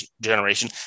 generation